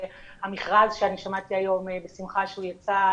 המכרז שאני שמעתי היום בשמחה שהוא יצא,